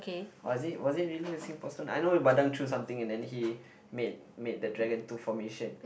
was it was it really a simple stone I know Badang threw something and then he made made the dragon tooth formation